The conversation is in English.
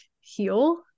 heal